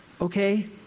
Okay